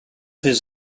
his